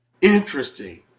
Interesting